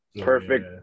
Perfect